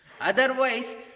otherwise